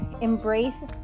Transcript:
embrace